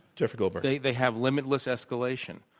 jeff goldberg. they they have limitless escalation.